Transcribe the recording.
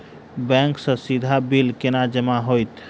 Bank सँ सीधा bill केना जमा होइत?